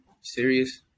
serious